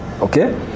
okay